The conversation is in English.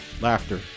laughter